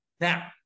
Now